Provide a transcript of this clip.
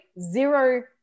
zero